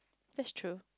that's true